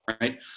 right